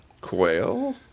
Quail